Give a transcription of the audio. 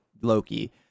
loki